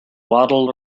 waddled